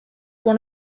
one